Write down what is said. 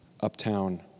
uptown